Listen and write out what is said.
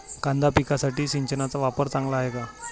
कांदा पिकासाठी सिंचनाचा वापर चांगला आहे का?